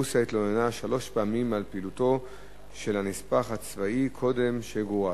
רוסיה התלוננה שלוש פעמים על פעילותו של הנספח הצבאי קודם שגורש.